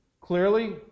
clearly